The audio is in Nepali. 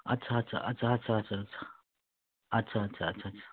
अच्छा अच्छा अच्छा अच्छा अच्छा अच्छा अच्छा अच्छा अच्छा